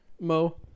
Mo